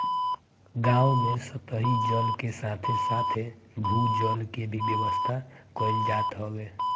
गांव में सतही जल के साथे साथे भू जल के भी व्यवस्था कईल जात हवे